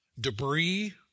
debris